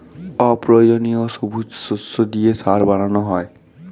অপ্রয়োজনীয় সবুজ শস্য দিয়ে সার বানানো হয়